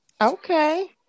Okay